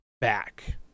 back